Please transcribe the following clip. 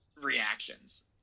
reactions